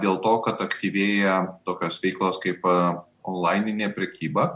dėl to kad aktyvėja tokios veiklos kaip onlaininė prekyba